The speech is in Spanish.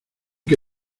que